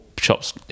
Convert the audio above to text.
shops